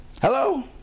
hello